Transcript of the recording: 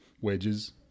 wedges